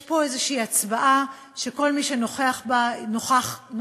יש פה איזושהי הצבעה, שכל מי שנוכֵחַ בה, נוכַח?